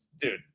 dude